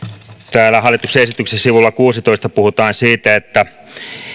täällä hallituksen esityksessä sivulla kuuteentoista puhutaan siitä että